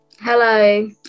Hello